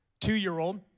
two-year-old